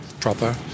proper